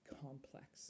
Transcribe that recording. complex